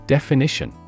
Definition